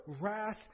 wrath